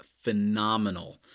phenomenal